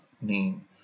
name